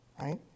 right